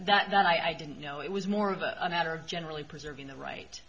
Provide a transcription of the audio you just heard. work that i didn't know it was more of a matter of generally preserving the right